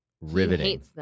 Riveting